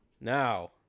now